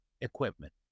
equipment